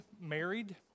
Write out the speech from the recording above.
married